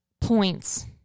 points